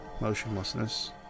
motionlessness